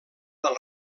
del